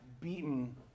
beaten